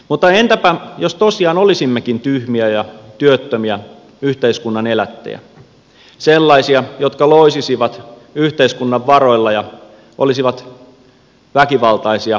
mutta entäpä jos tosiaan olisimmekin tyhmiä ja työttömiä yhteiskunnan elättejä sellaisia jotka loisisivat yhteiskunnan varoilla ja olisivat väkivaltaisia rikollisia